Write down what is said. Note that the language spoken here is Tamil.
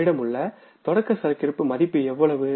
நம்மிடம் உள்ள தொடகசரக்கிரப்பு மதிப்பு எவ்வளவு